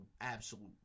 absolute